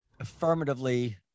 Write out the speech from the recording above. affirmatively